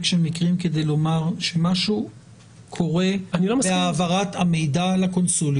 של מקרים כדי לומר שמשהו קורה בהעברת המידע לקונסוליות?